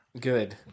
good